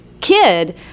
kid